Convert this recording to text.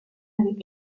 avec